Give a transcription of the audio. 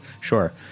sure